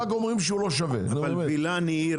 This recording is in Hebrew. רק אומרים שהוא לא שווה --- וילן העיר